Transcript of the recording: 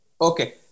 Okay